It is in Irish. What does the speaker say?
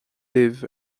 libh